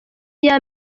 iya